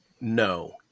no